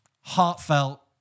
Heartfelt